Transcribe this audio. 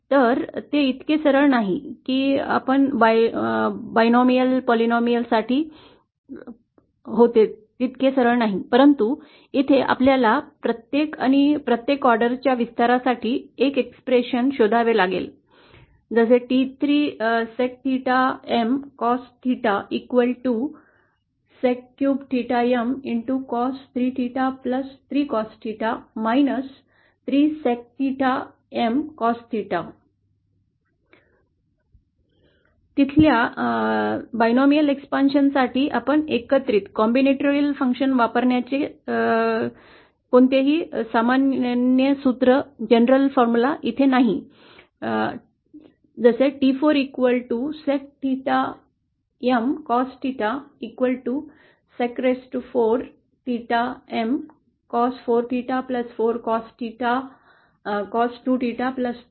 तर ते इतके सरळ नाही की द्विपदी बहुपदी binomial polynomial साठी होते परंतु येथे आपल्याला प्रत्येक आणि प्रत्येक ऑर्डरच्या विस्तारासाठी एक अभिव्यक्ती शोधावी लागेल T3 sec cube theta Mcos 3 theta3 Cos theta तिथल्या द्विपदीय विस्तारा साठी आपण एकत्रित कार्ये वापरण्याचे कोणतेही सामान्य सूत्र नाही T 4 sec theta M cos theta